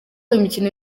imikino